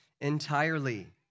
entirely